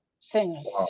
singers